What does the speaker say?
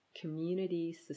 community